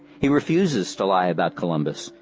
he refuses to lie about columbus.